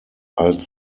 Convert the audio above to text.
als